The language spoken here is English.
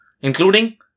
including